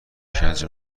شکنجه